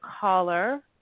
caller